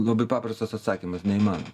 labai paprastas atsakymas neįmanoma